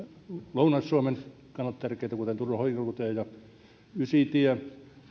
lounais suomen kannalta tärkeitä hankkeita kuten turun ohikulkutie ja ysitie